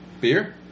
beer